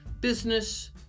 business